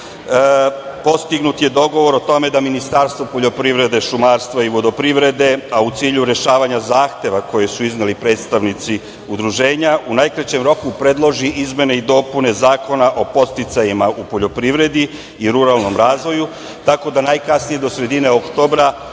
postignut je dogovor o tome da Ministarstvo poljoprivrede, šumarstva i vodoprivrede a u cilju rešavanja zahteva koje su izneli predstavnici udruženja u najkraćem roku predloži izmene i dopune Zakona o podsticajima u poljoprivredi i ruralnom razvoju, tako da najkasnije do sredine oktobra